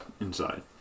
inside